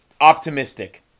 optimistic